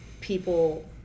people